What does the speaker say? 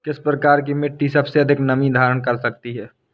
किस प्रकार की मिट्टी सबसे अधिक नमी धारण कर सकती है?